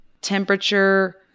temperature